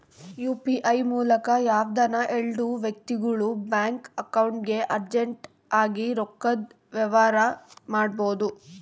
UPI ಮೂಲಕ ಯಾವ್ದನ ಎಲ್ಡು ವ್ಯಕ್ತಿಗುಳು ಬ್ಯಾಂಕ್ ಅಕೌಂಟ್ಗೆ ಅರ್ಜೆಂಟ್ ಆಗಿ ರೊಕ್ಕದ ವ್ಯವಹಾರ ಮಾಡ್ಬೋದು